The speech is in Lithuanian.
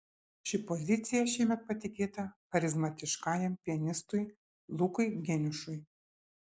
ši pozicija šiemet patikėta charizmatiškajam pianistui lukui geniušui